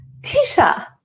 Tisha